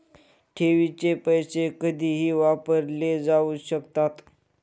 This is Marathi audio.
ठेवीचे पैसे कधीही वापरले जाऊ शकतात